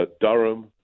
Durham